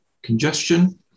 congestion